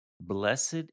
Blessed